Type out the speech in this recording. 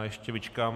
Ještě vyčkám...